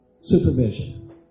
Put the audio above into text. Supervision